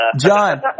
john